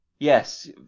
Yes